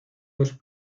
dos